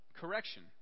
correction